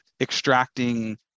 extracting